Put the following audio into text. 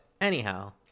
anyhow